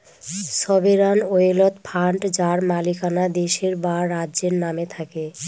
sovereign wealth fund যার মালিকানা দেশের বা রাজ্যের নামে থাকে